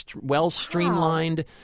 well-streamlined